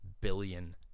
billion